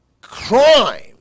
crime